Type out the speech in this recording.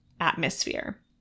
atmosphere